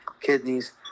kidneys